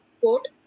court